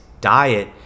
diet